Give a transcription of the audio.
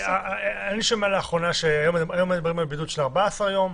אני שומע לאחרונה היום מדברים על בידוד של 14 יום,